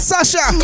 Sasha